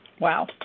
Wow